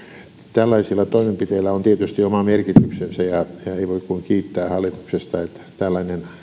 tällaisilla toimenpiteillä on tietysti oma merkityksensä ja ei voi kuin kiittää hallitusta että tällainen